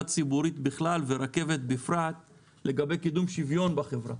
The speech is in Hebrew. ציבורית בכלל ורכבת בפרט לגבי קידום שוויון בחברה.